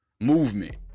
movement